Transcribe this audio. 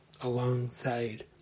alongside